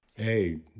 Hey